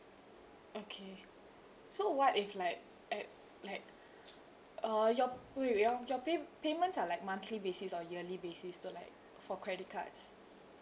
okay so what if like uh like uh your wait wait your pay~ payments are like monthly basis or yearly basis so like for credit cards